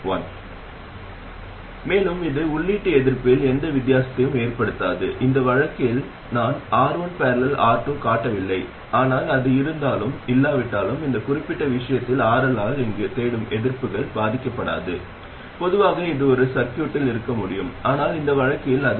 உண்மையில் மின்னழுத்தம் கட்டுப்படுத்தப்பட்ட மின்னழுத்த ஆதாரமாக இருந்தால் சுமை எதிர்ப்பின் மதிப்பை மாற்றுவது அல்லது இதற்கு இணையாக மற்றொரு எதிர்ப்பை இணைப்பது வெளியீட்டு மின்னழுத்தத்தை மாற்றக்கூடாது